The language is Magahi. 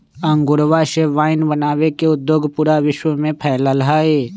अंगूरवा से वाइन बनावे के उद्योग पूरा विश्व में फैल्ल हई